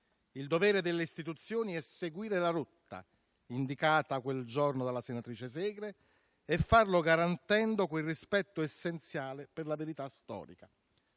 Il dovere delle istituzioni è seguire la rotta indicata quel giorno dalla senatrice Segre e farlo garantendo quel rispetto essenziale per la verità storica.